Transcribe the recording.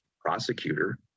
prosecutor